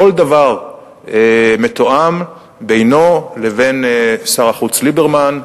כל דבר מתואם בינו לבין שר החוץ ליברמן.